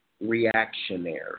reactionary